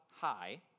high